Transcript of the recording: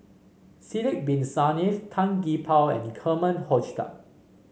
Sidek Bin Saniff Tan Gee Paw and Herman Hochstadt